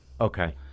Okay